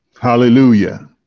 Hallelujah